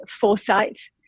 foresight